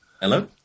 Hello